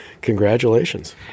congratulations